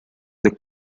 the